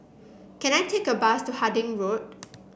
can I take a bus to Harding Road